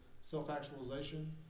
self-actualization